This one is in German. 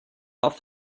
oft